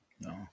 No